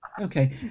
okay